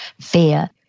fear